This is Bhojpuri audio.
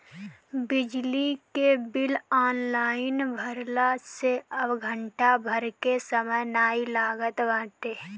बिजली के बिल ऑनलाइन भरला से अब घंटा भर के समय नाइ लागत बाटे